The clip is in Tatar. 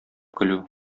көлү